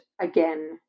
again